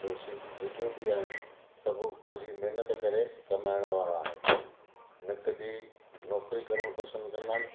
तो सिंधी जेके बि आहिनि सभु पंहिंजी महिनतु करे कमाइण वारा आहिनि न कॾहिं नौकिरी करणु पसंदि कंदा आहिनि